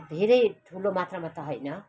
धेरै ठुलो मात्रामा त होइन